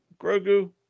Grogu